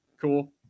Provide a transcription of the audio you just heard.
Cool